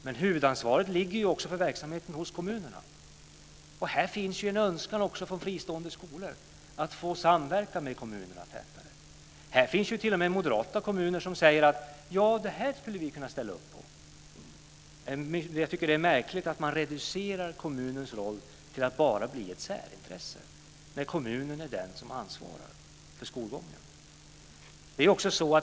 Men huvudansvaret för verksamheten ligger hos kommunerna. Här finns en önskan från fristående skolor att få samverka tätare med kommunerna. Här finns t.o.m. moderata kommuner som säger att de skulle kunna ställa upp på detta. Det är märkligt att man reducerar kommunens roll till att bli ett särintresse när kommunen är den som ansvarar för skolgången.